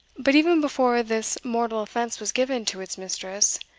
but even before this mortal offence was given to its mistress,